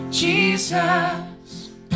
Jesus